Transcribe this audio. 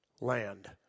land